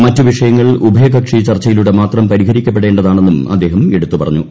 മറ്റ് വിഷയങ്ങൾ ഉഭയകക്ഷി ചർച്ചയിലൂടെ മാത്രം പരിഹരിക്കപ്പെടേണ്ടതാണെന്നും അദ്ദേഹം എടുത്തുപറഞ്ഞു